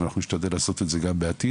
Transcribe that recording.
ואנחנו נשתדל לעשות את זה גם בעתיד,